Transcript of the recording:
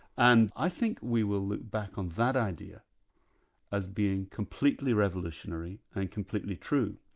and i think we will look back on that idea as being completely revolutionary and completely true.